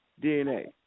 DNA